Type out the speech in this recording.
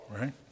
right